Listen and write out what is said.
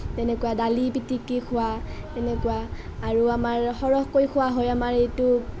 তেনেকুৱা দালি পিটিকি খোৱা তেনেকুৱা আৰু আমাৰ সৰহকৈ খোৱা হয় আমাৰ এইটো